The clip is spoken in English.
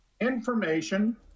information